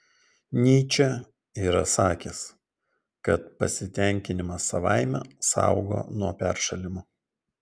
nyčė yra sakęs kad pasitenkinimas savaime saugo nuo peršalimo